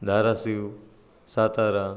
Dharashiv Satara